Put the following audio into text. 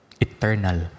Eternal